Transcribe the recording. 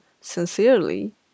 sincerely